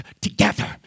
together